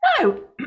No